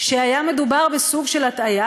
שהיה מדובר בסוג של הטעיה,